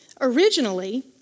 Originally